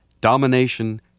domination